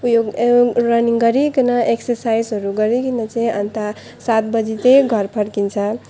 running गरिकन एक्सार्साइजहरू गरिकन चाहिँ अन्त सात बजे चाहिँ घर फर्किन्छ